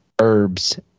herbs